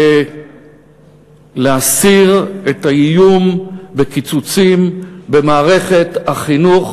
להסיר את האיום בקיצוצים במערכת החינוך,